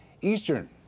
Eastern